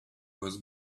was